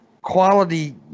quality